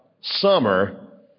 Summer